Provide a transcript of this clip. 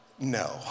no